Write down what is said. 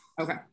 Okay